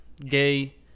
Gay